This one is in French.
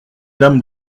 dame